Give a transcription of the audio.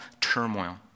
turmoil